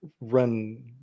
run